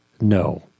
no